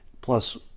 plus